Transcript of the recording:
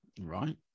Right